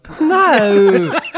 no